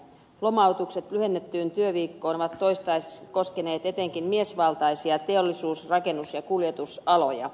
lomautukset lyhennettyyn työviikkoon ovat toistaiseksi koskeneet etenkin miesvaltaisia teollisuus rakennus ja kuljetusaloja